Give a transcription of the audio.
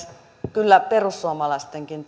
kyllä perussuomalaistenkin